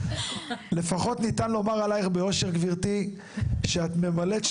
לפחות ניתן לומר עליך גברתי שאת ממלאת את